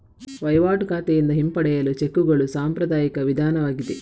ವಹಿವಾಟು ಖಾತೆಯಿಂದ ಹಿಂಪಡೆಯಲು ಚೆಕ್ಕುಗಳು ಸಾಂಪ್ರದಾಯಿಕ ವಿಧಾನವಾಗಿದೆ